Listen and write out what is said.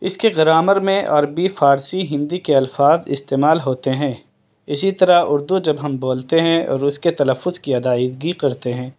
اس کے گرامر میں عربی فارسی ہندی کے الفاظ استعمال ہوتے ہیں اسی طرح اردو جب ہم بولتے ہیں اور اس کے تلفّظ کی ادائیگی کرتے ہیں